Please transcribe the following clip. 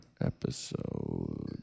episode